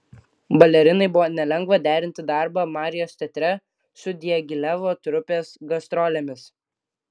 balerinai buvo nelengva derinti darbą marijos teatre su diagilevo trupės gastrolėmis